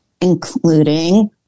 including